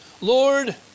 Lord